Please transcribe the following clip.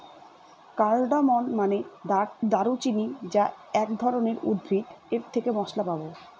cardamom মানে দারুচিনি যা এক ধরনের উদ্ভিদ এর থেকে মসলা পাবো